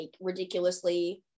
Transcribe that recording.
ridiculously